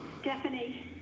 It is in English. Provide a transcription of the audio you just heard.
Stephanie